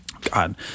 God